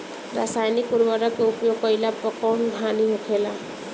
रसायनिक उर्वरक के उपयोग कइला पर कउन हानि होखेला?